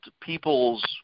people's